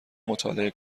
مطالعه